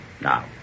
Now